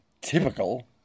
Typical